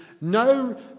no